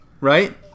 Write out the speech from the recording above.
Right